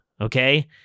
okay